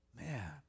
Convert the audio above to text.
man